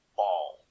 ball